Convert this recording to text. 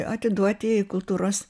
atiduoti į kultūros